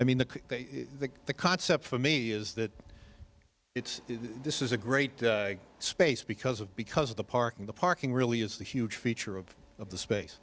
i mean the the the concept for me is that it's this is a great space because of because of the parking the parking really is the huge feature of of the space